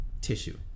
tissue